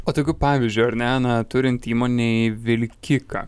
o tokiu pavyzdžiui ar ne na turint įmonei vilkiką